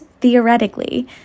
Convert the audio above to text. theoretically